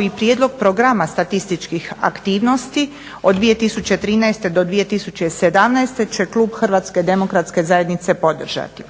i prijedlog programa statističkih aktivnosti od 2013. do 2017. će klub HDZ-a podržati.